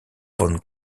von